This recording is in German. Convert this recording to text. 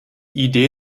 idee